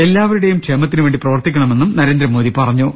എല്ലാവ രുടെയും ക്ഷേമത്തിനുവേണ്ടി പ്രവർത്തിക്കണമെന്നും നരേന്ദ്രമോദി പറഞ്ഞു